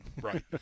right